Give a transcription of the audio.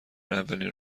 اولین